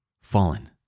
Fallen